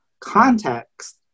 context